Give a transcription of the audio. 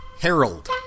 Harold